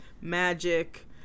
magic